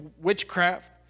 witchcraft